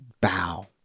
bow